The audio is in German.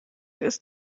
ist